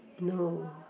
no